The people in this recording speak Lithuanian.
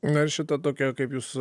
na ir šita tokia kaip jūs